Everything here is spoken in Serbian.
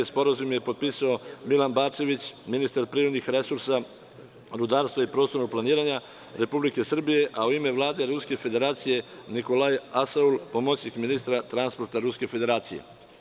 Sporazum je potpisao Milan Bačević, ministar privrednih resursa, rudarstva i prostornog planiranja Republike Srbije a u ime Vlade Ruske Federacije Nikolaj Asov, pomoćnik ministra transporta Ruske Federacije.